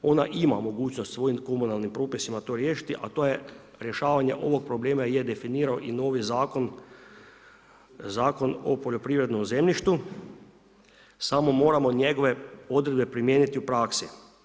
Ona ima mogućnost svojim komunalnim propisima to riješiti, a to je rješavanje ovog problema, je definirao i novi zakon Zakon o poljoprivrednom zemljištu, samo moramo njegove odredbe primijeniti u praksi.